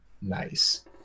nice